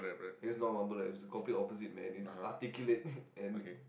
it's not mumble like it was the complete opposite man it's articulate and